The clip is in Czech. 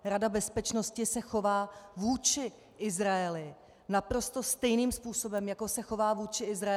Rada bezpečnosti se chová vůči Izraeli naprosto stejným způsobem, jako se chová vůči Izraeli OSN.